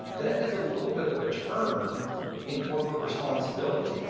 that is a little bit of a turn in corporate responsibility